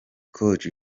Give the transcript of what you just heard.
koch